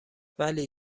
ولی